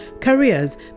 careers